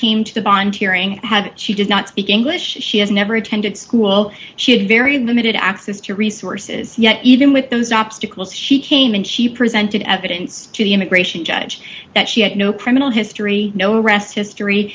came to the bond hearing had she did not speak english she has never attended school she had very limited access to resources yet even with those obstacles she came in she presented evidence to the immigration judge that she had no criminal history no arrests history